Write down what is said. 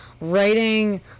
writing